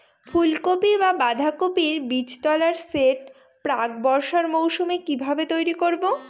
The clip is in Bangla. ফুলকপি বা বাঁধাকপির বীজতলার সেট প্রাক বর্ষার মৌসুমে কিভাবে তৈরি করব?